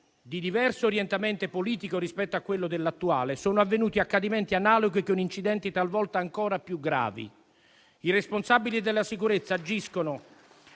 di orientamento politico diverso rispetto a quello dell'attuale, sono avvenuti accadimenti analoghi e con incidenti talvolta ancora più gravi. I responsabili della sicurezza agiscono